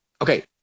Okay